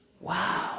wow